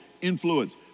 influence